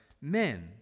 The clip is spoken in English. men